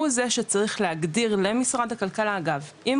הוא זה שצריך להגדיר למשרד הכלכלה אגב,